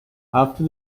after